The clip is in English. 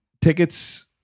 tickets